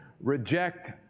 reject